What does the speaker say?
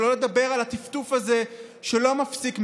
שלא לדבר על הטפטוף הזה שלא מפסיק מעזה.